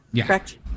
correct